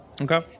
Okay